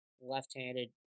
Left-handed